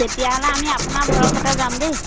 তেতিয়াহ'লে আমি আপোনাৰ ভৰষাতে যাম দেই